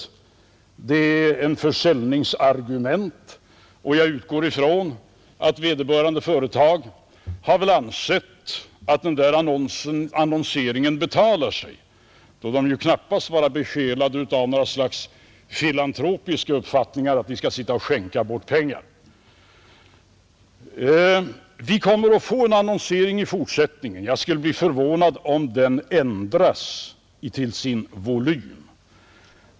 Reklamen är ett försäljningsargument, och jag utgår ifrån att vederbörande företag anser att annonseringen betalar sig. Företagen är ju knappast besjälade av något slags filantropisk uppfattning om att de bör skänka bort pengar. Annonsering kommer att ske även i fortsättningen, och jag skulle bli förvånad om den ändrades till sin volym.